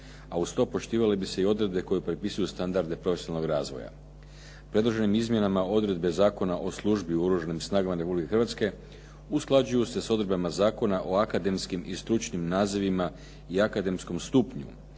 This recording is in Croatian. A uz to poštivale bi se odredbe koje propisuju standarde profesionalnog razvoja. Predloženim izmjenama odredbe Zakon o službi u Oružanim snagama u Republike Hrvatske usklađuju se s odredbama Zakona o akademskim i stručnim nazivima i akademskom stupnju.